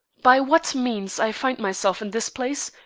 by what means i find myself in this place,